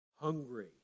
hungry